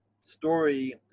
story